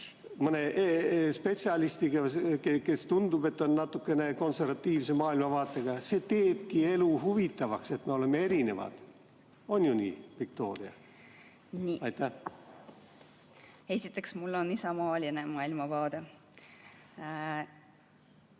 mõne spetsialistiga, kes, tundub, on natukene konservatiivse maailmavaatega. See teebki elu huvitavaks, et me oleme erinevad. On ju nii, Viktoria? Esiteks, mul on isamaaline maailmavaade.